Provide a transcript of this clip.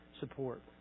support